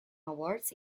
awards